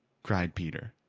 cried peter.